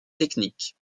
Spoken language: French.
techniques